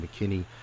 McKinney